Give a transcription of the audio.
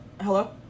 Hello